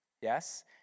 yes